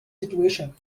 situation